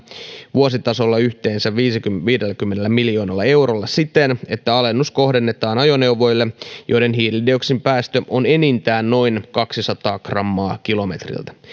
vuositasolla yhteensä viidelläkymmenellä miljoonalla eurolla siten että alennus kohdennetaan ajoneuvoille joiden hiilidioksidipäästö on enintään noin kaksisataa grammaa kilometriltä